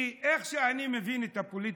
כי איך שאני מבין את הפוליטיקה,